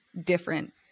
different